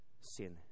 sin